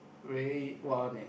very what one leh